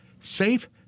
Safe